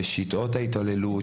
ושיטות ההתעללות,